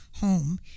home